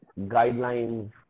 guidelines